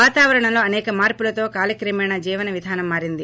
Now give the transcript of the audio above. వాతావరణంలో అసేక మార్పులతో కాలక్రమేణా జీవన విధానం మారింది